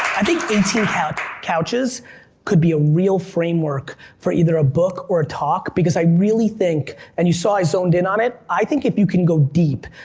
i think eighteen couches could be a real framework for either a book or a talk, because i really think, and you saw i zoned in on it, i think if you can go deep,